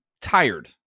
tired